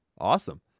Awesome